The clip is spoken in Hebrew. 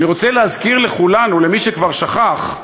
אני רוצה להזכיר לכולנו, למי שכבר שכח,